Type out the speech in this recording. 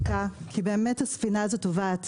עצרו את החקיקה, כי באמת הספינה הזאת טובעת.